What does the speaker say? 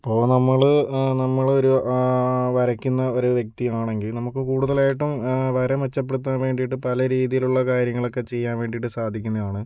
ഇപ്പോൾ നമ്മൾ നമ്മൾ ഒരു വരയ്ക്കുന്ന ഒരു വ്യക്തി ആണെങ്കിൽ നമുക്ക് കൂടുതലായിട്ടും വര മെച്ചപ്പെടുത്താൻ വേണ്ടീട്ട് പല രീതിയിലുള്ള കാര്യങ്ങളൊക്കെ ചെയ്യാൻ വേണ്ടിയിട്ടൊക്കെ സാധിക്കുന്നതാണ്